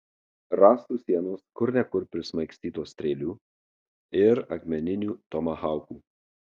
rąstų sienos kur ne kur prismaigstytos strėlių ir akmeninių tomahaukų